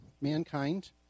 mankind